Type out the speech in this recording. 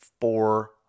four